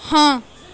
ہاں